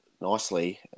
nicely